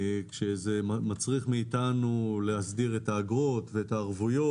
שזה מצריך מאיתנו להסדיר את האגרות, את הערבויות.